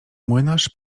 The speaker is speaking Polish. młynarz